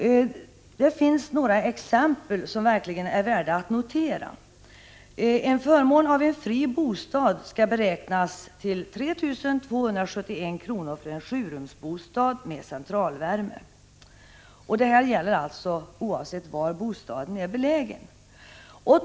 Det finns några exempel som verkligen är värda att notera. Förmån av fri bostad skall beräknas till 3 271 kr. för en sjurumsbostad med centralvärme. Detta gäller alltså oavsett var bostaden är belägen.